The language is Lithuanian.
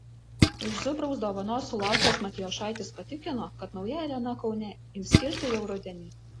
iš zubraus dovanos sulaukęs matijošaitis patikino kad nauja arena kaune ims kilti jau rudenį